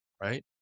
right